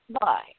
bye